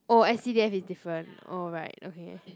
oh s_c_d_c is different oh right okay